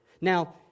Now